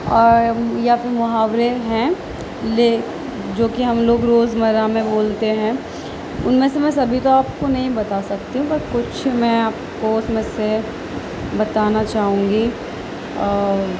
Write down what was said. یا پھر محاورے ہیں لے جو کہ ہم لوگ روزمزہ میں بولتے ہیں ان میں سے بس ابھی تو آپ کو نہیں بتا سکتی پر کچھ میں آپ کو اس میں سے بتانا چاہوں گی اور